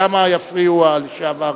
למה יפריעו הלשעברים?